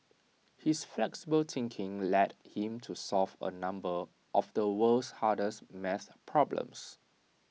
his flexible thinking led him to solve A number of the world's hardest maths problems